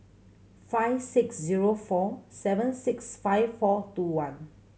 five six zero four seven six five four two one